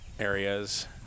areas